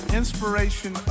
inspiration